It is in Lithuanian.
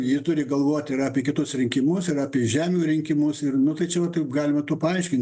ji turi galvoti ir apie kitus rinkimus ir apie žemių rinkimus ir nu tai čia va taip galima tų paaiškint